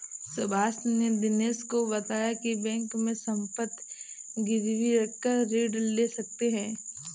सुभाष ने दिनेश को बताया की बैंक में संपत्ति गिरवी रखकर ऋण ले सकते हैं